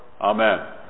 Amen